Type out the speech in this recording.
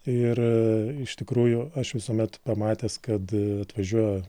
ir iš tikrųjų aš visuomet pamatęs kad atvažiuoja